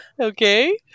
Okay